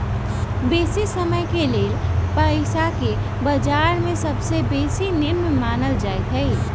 बेशी समयके लेल पइसाके बजार में सबसे बेशी निम्मन मानल जाइत हइ